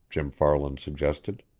jim farland suggested.